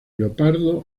leopardo